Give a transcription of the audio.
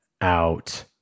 out